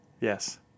yes